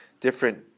different